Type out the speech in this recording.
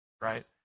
right